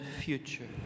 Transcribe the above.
future